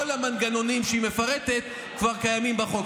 המנגנונים שהיא מפרטת כבר קיימים בחוק.